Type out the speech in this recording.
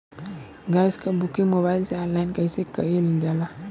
Gas क booking mobile से online कईसे कईल जाला?